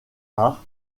art